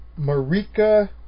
marika